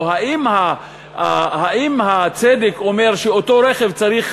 או האם הצדק אומר שאת אותו רכב צריך